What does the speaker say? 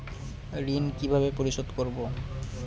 ঋণ কিভাবে পরিশোধ করব?